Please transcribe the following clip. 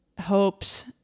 hopes